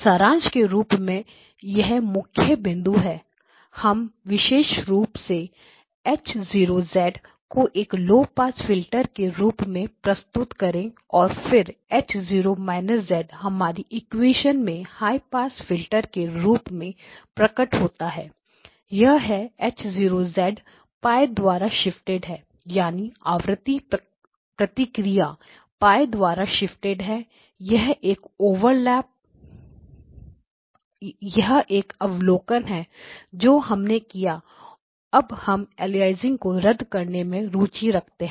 सारांश के रूप में यह मुख्य बिंदु है हम विशेष रूप से H 0 को एक लो पास फिल्टर के रूप में प्रयुक्त करें और फिर H 0 − z हमारी इक्वेशन में हाई पास फिल्टर के रूप में प्रकट होता है यह है H 0 π द्वारा शिफ्टेड है यानी आवृत्ति प्रतिक्रिया π द्वारा शिफ्टेड है यह एक अवलोकन है जो हमने किया और अब हम अलियासिंग को रद्द करने में रुचि रखते हैं